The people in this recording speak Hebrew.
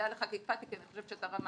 דע לך --- כי אני חושבת שאתה רמאי,